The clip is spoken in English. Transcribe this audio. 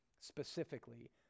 specifically